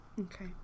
Okay